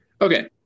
okay